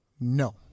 No